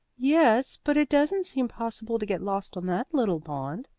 yes, but it doesn't seem possible to get lost on that little pond.